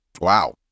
Wow